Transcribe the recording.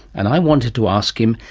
and i wanted to ask him,